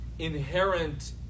inherent